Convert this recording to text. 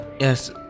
Yes